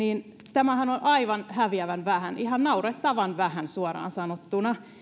tämähän on aivan häviävän vähän ihan naurettavan vähän suoraan sanottuna